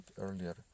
earlier